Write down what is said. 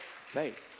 faith